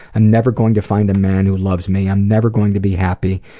never going to find a man who loves me. i'm never going to be happy.